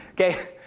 Okay